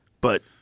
but-